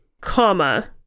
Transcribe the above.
comma